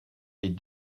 est